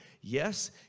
Yes